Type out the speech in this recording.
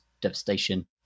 Devastation